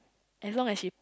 as long as she